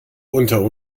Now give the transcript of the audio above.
unter